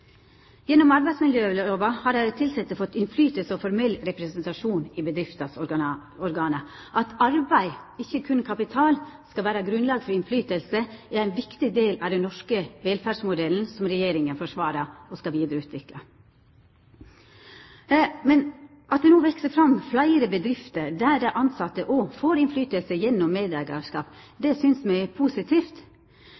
Gjennom arbeidsmiljølova har dei tilsette fått innflytelse og formell representasjon i bedriftas organ. At arbeid, ikkje berre kapital, skal vera grunnlag for innflytelse, er ein viktig del av den norske velferdsmodellen som Regjeringa forsvarar og skal vidareutvikla. At det no veks fram fleire bedrifter der dei tilsette òg får innflytelse gjennom medeigarskap,